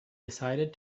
decided